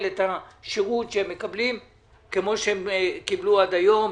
את השירות שהם מקבלים כמו שהם קיבלו עד היום,